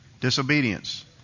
Disobedience